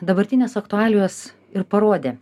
dabartinės aktualijos ir parodė